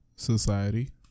Society